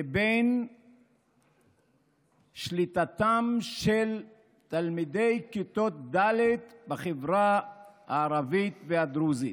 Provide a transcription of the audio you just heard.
לבין שליטתם בשפה של תלמידי כיתות ד' בחברה הערבית והדרוזית.